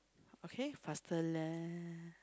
okay faster lah